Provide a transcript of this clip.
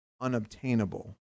unobtainable